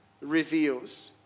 reveals